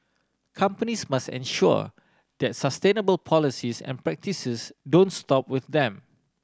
companies must ensure that sustainable policies and practices don't stop with them